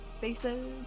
faces